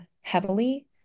heavily